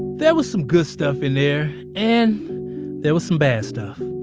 there was some good stuff in there and there was some bad stuff.